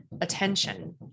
attention